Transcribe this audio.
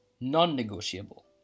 non-negotiable